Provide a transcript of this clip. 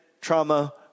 trauma